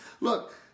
Look